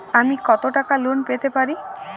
আমি কত টাকা লোন পেতে পারি?